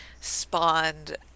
spawned